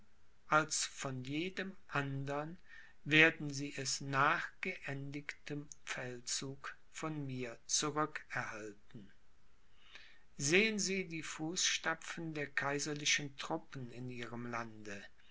als von jedem andern werden sie es nach geendigtem feldzug von mir zurückerhalten sehen sie die fußstapfen der kaiserlichen truppen in ihrem lande